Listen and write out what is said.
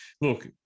look